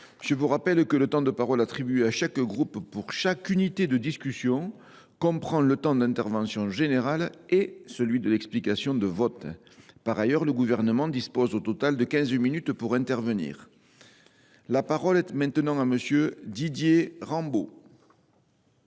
je vous rappelle que le temps de parole attribué à chaque groupe pour chaque discussion comprend le temps d’intervention générale et celui de l’explication de vote. Par ailleurs, le Gouvernement dispose au total de quinze minutes pour intervenir. La parole est à M. Didier Rambaud.